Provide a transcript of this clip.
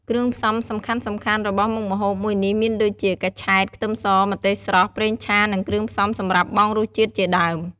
គ្រឿងផ្សំសំខាន់ៗរបស់មុខម្ហូបមួយនេះមានដូចជា កញ្ឆែត ខ្ទឹមស ម្ទេសស្រស់ ប្រេងឆា និងគ្រឿងផ្សំសម្រាប់បង់រសជាតិជាដើម។